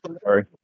Sorry